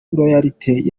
royalty